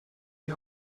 die